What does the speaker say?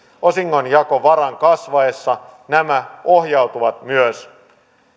osingonjakovaran kasvaessa nämä ohjautuvat myös